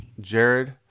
Jared